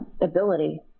ability